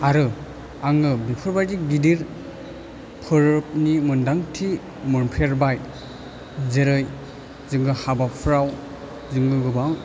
आरो आङो बेफोरबादि गिदिर फोरबोनि मोन्दांथि मोनफेरबाय जेरै जोङो हाबाफ्राव जोङो गोबां